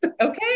Okay